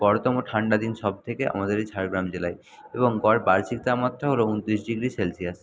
গড়তম ঠান্ডা দিন সবথেকে আমাদের এই ঝাড়গ্রাম জেলায় এবং গড় বার্হ্যিক তাপমাত্রা হল উনত্রিশ ডিগ্রি সেলসিয়াস